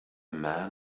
man